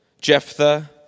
Jephthah